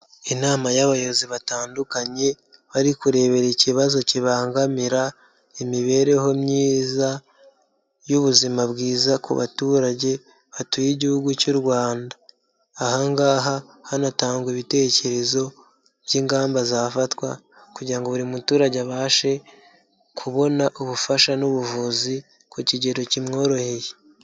Inama y'abayobozi batandukanye bari kurebera ikibazo kibangamira imibereho myiza y'ubuzima bwiza ku baturage batuye Igihugu cy'u Rwanda, aha ngaha hanatangwa ibitekerezo by'ingamba zafatwa kugira ngo buri muturage abashe kubona ubufasha n'ubuvuzi ku kigero kimworoheye.